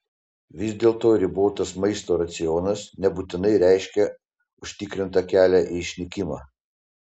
vis dėlto ribotas maisto racionas nebūtinai reiškia užtikrintą kelią į išnykimą